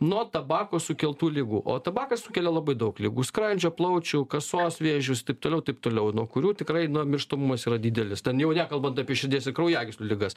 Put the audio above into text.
nuo tabako sukeltų ligų o tabakas sukelia labai daug ligų skrandžio plaučių kasos vėžius taip toliau taip toliau nuo kurių tikrai na mirštamumas yra didelis ten jau nekalbant apie širdies ir kraujagyslių ligas